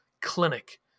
clinic